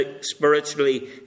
spiritually